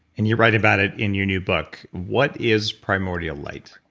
and you write about it in your new book. what is primordial light?